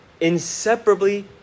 inseparably